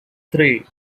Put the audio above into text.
three